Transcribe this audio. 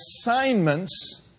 assignments